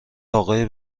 آقای